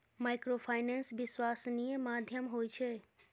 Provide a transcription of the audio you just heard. Microfinance विश्वासनीय माध्यम होय छै?